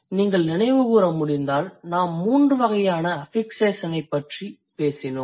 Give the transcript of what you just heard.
நீங்கள் நினைவுகூற முடிந்தால் நாம் 3 வகையான அஃபிக்சேஷனைப் பற்றிப் பேசினோம்